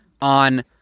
on